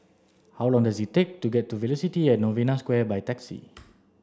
how long does it take to get to Velocity and Novena Square by taxi